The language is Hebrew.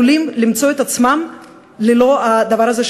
עלולים למצוא את עצמם ללא הדבר הזה,